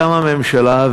קמה ממשלה,